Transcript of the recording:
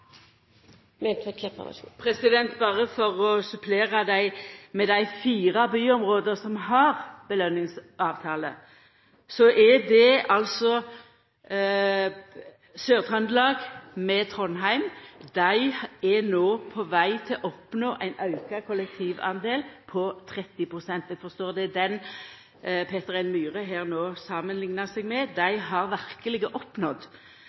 Berre for å supplera: Med i dei fire byområda som har belønningsavtale, er altså Sør-Trøndelag med Trondheim. Dei er no på veg til å oppnå ein auka kollektivdel på 30 pst. Eg forstår at det er den Peter N. Myhre her no samanliknar seg med. Dei har verkeleg oppnådd